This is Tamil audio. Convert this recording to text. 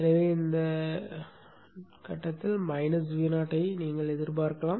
எனவே இந்த கட்டத்தில் மைனஸ் Vo ஐ நீங்கள் எதிர்பார்க்கலாம்